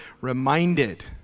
reminded